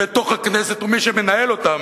בתוך הכנסת,